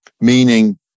meaning